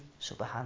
Subhanallah